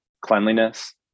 cleanliness